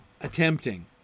attempting